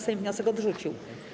Sejm wniosek odrzucił.